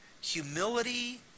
humility